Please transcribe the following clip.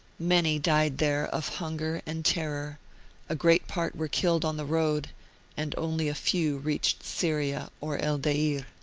many died there of hunger and terror a great part were killed on the road and only a few reached syria or el deir.